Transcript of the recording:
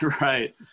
right